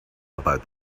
about